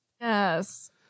Yes